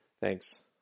Thanks